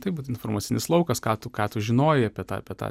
taip pat informacinis laukas ką tu ką tu žinojai apie tą apie tą